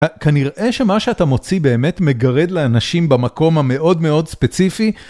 כנראה שמה שאתה מוציא באמת מגרד לאנשים במקום המאוד מאוד ספציפי.